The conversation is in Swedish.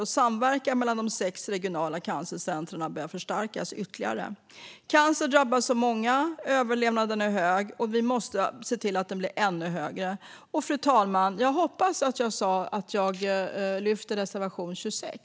Och samverkan mellan de sex regionala cancercentrumen behöver förstärkas ytterligare. Cancer drabbar många. Överlevnaden är hög. Och vi måste se till att den blir ännu högre. Fru talman! Jag hoppas att jag sa att jag lyfter fram reservation 26.